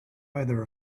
either